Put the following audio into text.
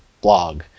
blog